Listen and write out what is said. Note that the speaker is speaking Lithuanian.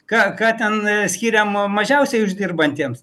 ką ką ten skiriam mažiausiai uždirbantiems